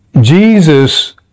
Jesus